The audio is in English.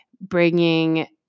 bringing